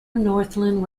northland